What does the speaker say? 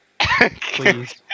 Please